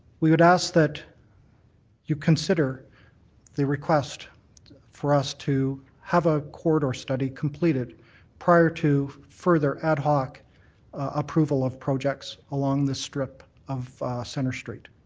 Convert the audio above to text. we would ask that you consider the request for us to have a corridor study completed prior to further ad hoc approval of projects along this strip of centre street.